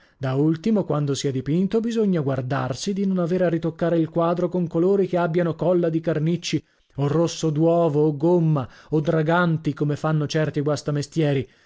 da ultimo quando si è dipinto bisogna guardarsi di non avere a ritoccare il quadro con colori che abbiano colla di carnicci o rosso d'uovo o gomma o draganti come fanno certi